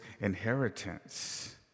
inheritance